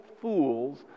fools